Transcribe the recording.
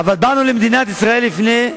אגב, אבל באנו למדינת ישראל לפני,